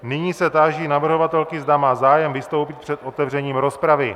Nyní se táži navrhovatelky, zda má zájem vystoupit před otevřením rozpravy.